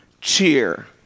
cheer